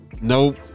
Nope